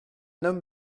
homme